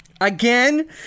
Again